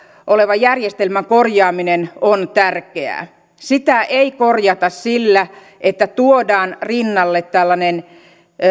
olevan järjestelmän korjaaminen on tärkeää sitä ei korjata sillä että tuodaan rinnalle tällainen